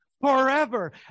Forever